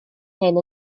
hyn